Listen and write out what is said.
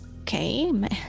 Okay